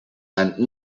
and